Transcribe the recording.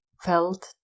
felt